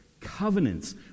covenants